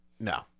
no